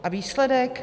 A výsledek?